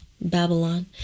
Babylon